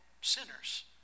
sinners